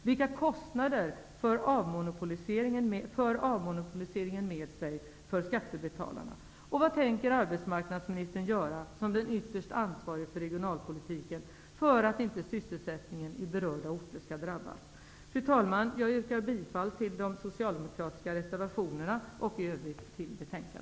Vilka kostnader för avmonopoliseringen med sig för skattebetalarna? Fru talman! Jag yrkar bifall till de reservationer som tidigare har tillstyrkts av Allan Larsson.